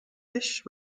phish